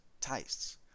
tastes